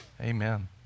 Amen